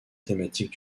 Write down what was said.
thématique